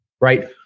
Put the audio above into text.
right